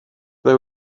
ble